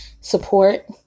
support